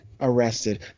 arrested